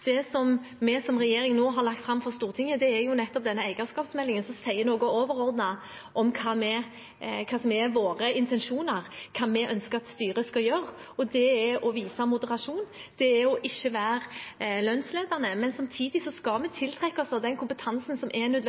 Det vi som regjering nå har lagt fram for Stortinget, er jo eierskapsmeldingen, som sier noe overordnet om hva som er våre intensjoner, hva vi ønsker at styrer skal gjøre. Det er å vise moderasjon, det er å ikke være lønnsledende. Men samtidig skal vi tiltrekke oss den kompetansen som er